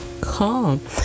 calm